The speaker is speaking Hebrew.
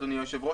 אדוני היושב-ראש,